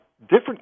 different